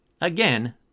Again